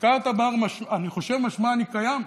דקארט אמר: אני חושב משמע אני קיים.